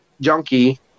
junkie